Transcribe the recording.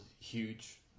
huge